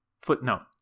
Footnote